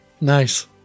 Nice